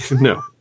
No